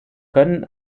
können